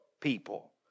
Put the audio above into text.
people